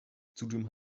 zudem